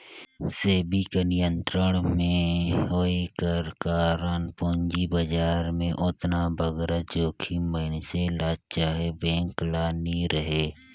सेबी कर नियंत्रन में होए कर कारन पूंजी बजार में ओतना बगरा जोखिम मइनसे ल चहे बेंक ल नी रहें